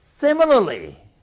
Similarly